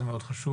זה מאוד חשוב.